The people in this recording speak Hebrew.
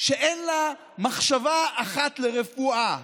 שאין לה מחשבה אחת לרפואה